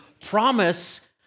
promise